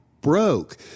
broke